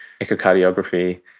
echocardiography